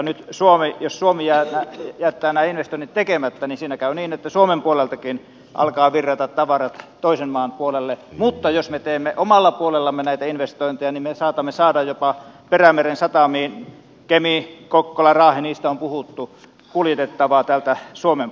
nyt jos suomi jättää nämä investoinnit tekemättä siinä käy niin että suomen puoleltakin alkavat virrata tavarat toisen maan puolelle mutta jos me teemme omalla puolellamme näitä investointeja me saatamme saada jopa perämeren satamiin kemiin kokkolaan raaheen joista on puhuttu kuljetettavaa täältä suomen puolelta